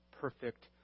perfect